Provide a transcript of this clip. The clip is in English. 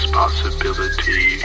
possibility